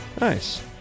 Nice